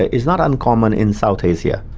ah is not uncommon in south asia,